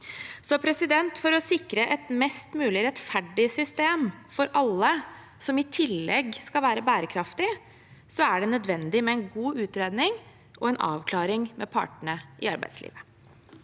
avklart. For å sikre et mest mulig rettferdig system for alle, som i tillegg skal være bærekraftig, er det nødvendig med en god utredning og en avklaring med partene i arbeidslivet.